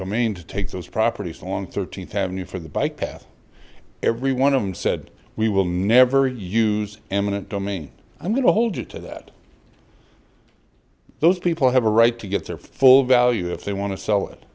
domain to take those properties along thirteenth avenue for the bike path every one of them said we will never use eminent domain i'm going to hold you to that those people have a right to get their full value if they want to sell it